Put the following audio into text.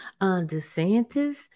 DeSantis